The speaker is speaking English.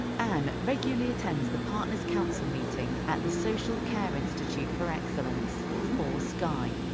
anne regularly attends the partner's council meeting at the social care institute for excellence or scie.